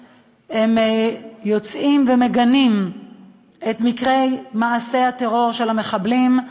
יוצאים ומגנים את מקרי מעשי הטרור של המחבלים,